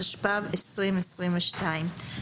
התשפ"ב-2022.